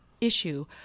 issue